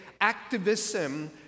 activism